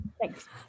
Thanks